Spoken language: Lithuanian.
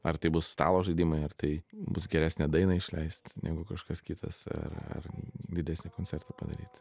ar tai bus stalo žaidimai ar tai bus geresnę dainą išleist negu kažkas kitas ar ar didesnį koncertą padaryt